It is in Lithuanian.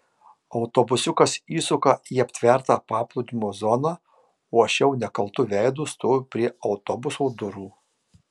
autobusiukas įsuka į aptvertą paplūdimio zoną o aš jau nekaltu veidu stoviu prie autobuso durų